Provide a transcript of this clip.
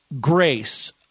grace